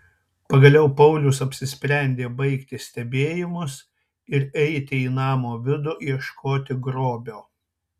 pagaliau paulius apsisprendė baigti stebėjimus ir eiti į namo vidų ieškoti grobio